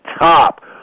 Top